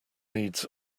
needs